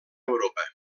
europa